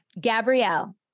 Gabrielle